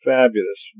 fabulous